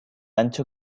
ancho